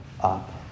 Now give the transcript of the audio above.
up